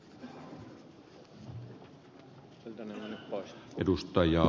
arvoisa puhemies